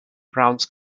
browns